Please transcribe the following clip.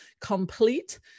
complete